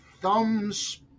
thumbs